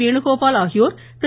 வேணுகோபால் ஆகியோர் திரு